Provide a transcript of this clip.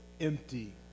empty